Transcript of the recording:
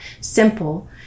simple